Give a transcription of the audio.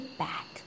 back